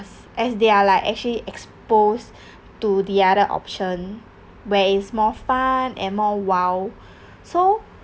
as they are like actually expose to the other option where it's more fun and more wild so